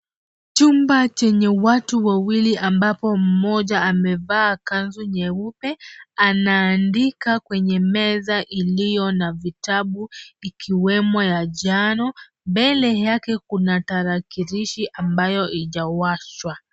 Chumba chenye watu wawili ambapo mmoja amevaa kanzu nyeupe anaandika kwenye meza iliyo na vitabu ikiwemo ya njano, mbele yake kuna tarakilishi ambayo ijawashwa.